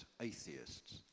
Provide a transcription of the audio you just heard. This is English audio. atheists